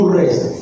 rest